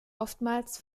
oftmals